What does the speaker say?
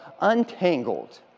untangled